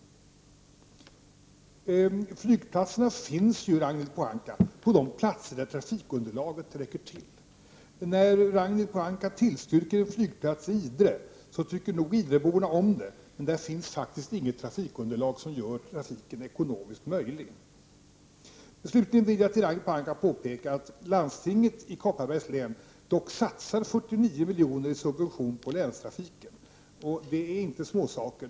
Flygplatserna finns ju, Ragnhild Pohanka, på de platser där trafikunderlaget räcker till. När Ragnhild Pohanka tillstyrker en flygplats i Idre, tycker nog idreborna om det, men där finns faktiskt inget trafikunderlag som gör trafiken ekonomiskt möjlig. Slutligen vill jag för Ragnhild Pohanka påpeka att landstinget i Kopparbergs län dock satsar 49 milj.kr. i subventioner på länstrafiken. Det är inga småsummor.